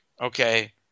okay